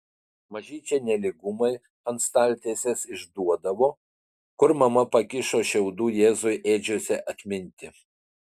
mažyčiai nelygumai ant staltiesės išduodavo kur mama pakišo šiaudų jėzui ėdžiose atminti